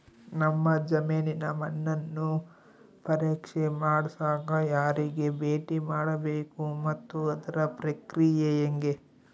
ನಮ್ಮ ಜಮೇನಿನ ಮಣ್ಣನ್ನು ಪರೇಕ್ಷೆ ಮಾಡ್ಸಕ ಯಾರಿಗೆ ಭೇಟಿ ಮಾಡಬೇಕು ಮತ್ತು ಅದರ ಪ್ರಕ್ರಿಯೆ ಹೆಂಗೆ?